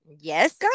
Yes